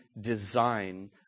design